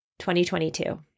2022